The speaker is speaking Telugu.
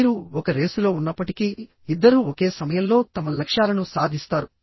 మీరు ఒక రేసులో ఉన్నప్పటికీ ఇద్దరూ ఒకే సమయంలో తమ లక్ష్యాలను సాధిస్తారు